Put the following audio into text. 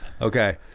Okay